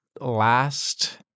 last